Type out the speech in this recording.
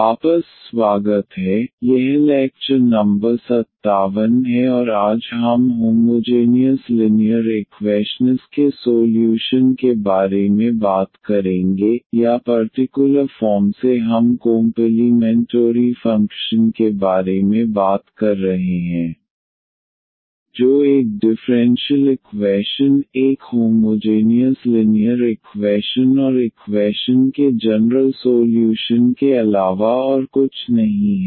वापस स्वागत है यह लैक्चर नंबर 57 है और आज हम होमोजेनियस लिनीयर इक्वैशनस के सोल्यूशन के बारे में बात करेंगे या पर्टिकुलर फॉर्म से हम कोंपलीमेंटोरी फ़ंक्शन के बारे में बात कर रहे हैं जो एक डिफ़्रेंशियल इक्वैशन एक होमोजेनियस लिनीयर इक्वैशन इक्वैशन के जनरल सोल्यूशन के अलावा और कुछ नहीं है